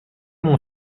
mon